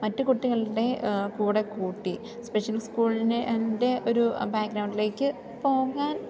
മറ്റു കുട്ടികളുടെ കൂടെ കൂട്ടി സ്പെഷ്യൽ സ്കൂളിനെ എൻ്റെ ഒരു ബാക്ക്ഗ്രൗണ്ടിലേക്കു പോകാൻ